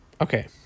Okay